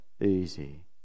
easy